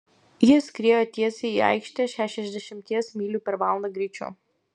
ji skriejo tiesiai į aikštę šešiasdešimties mylių per valandą greičiu